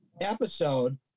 episode